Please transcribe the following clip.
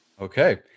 Okay